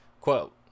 Quote